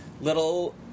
little